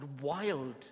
wild